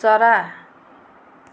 चरा